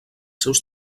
seus